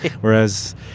whereas